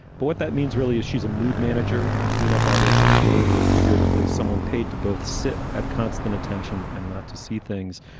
but what that means really is she's a mood manager, a cleanup artist, literally and figuratively. someone paid to both sit at constant attention and not to see things.